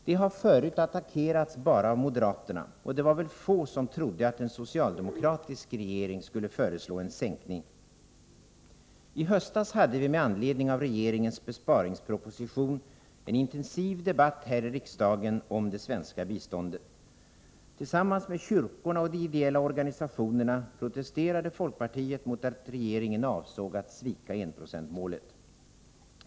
Det har förut bara attackerats av moderaterna, och det var väl få som trodde att en socialdemokratisk regering skulle föreslå en sänkning. I höstas hade vi med anledning av regeringens besparingsproposition en intensiv debatt här i riksdagen om det svenska biståndet. Tillsammans med kyrkorna och de ideella organisationerna protesterade folkpartiet mot att regeringen avsåg att svika enprocentsmålet.